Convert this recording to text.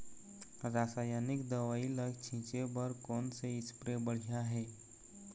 रासायनिक दवई ला छिचे बर कोन से स्प्रे बढ़िया हे?